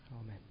Amen